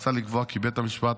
מוצע לקבוע כי בית המשפט,